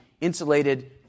insulated